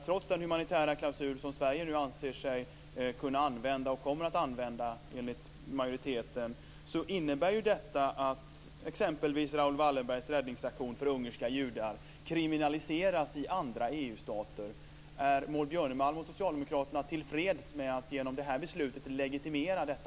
Trots den humanitära klausul som Sverige nu anser sig kunna använda och kommer att använda enligt majoriteten innebär detta att exempelvis Raoul Wallenbergs räddningsaktion för ungerska judar kriminaliseras i andra EU-stater. Jag skulle därför vilja fråga: Är Maud Björnemalm och socialdemokraterna tillfreds med att genom det här beslutet legitimera detta?